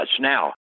Now